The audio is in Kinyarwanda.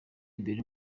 bell